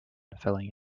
filling